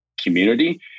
community